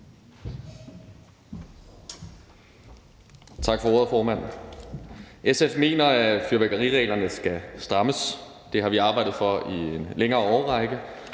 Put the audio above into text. Tak for ordet, formand. SF mener, at fyrværkerireglerne skal strammes. Det har vi arbejdet for i en længere årrække,